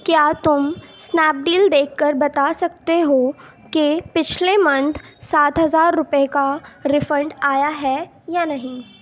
کیا تم Snapdeal دیکھ کر بتا سکتے ہو کہ پچھلے منتھ سات ہزار روپے کا ریفنڈ آیا ہے یا نہیں